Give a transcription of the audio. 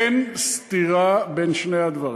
אין סתירה בין שני הדברים.